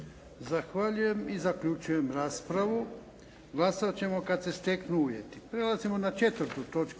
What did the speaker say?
Zahvaljujem. Zaključujem raspravu. Glasovati ćemo kada se steknu uvjeti.